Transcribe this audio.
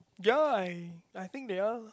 ya I I think they are